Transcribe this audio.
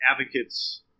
advocates